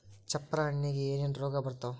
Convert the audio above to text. ಚಪ್ರ ಹಣ್ಣಿಗೆ ಏನೇನ್ ರೋಗ ಬರ್ತಾವ?